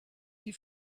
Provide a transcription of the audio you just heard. die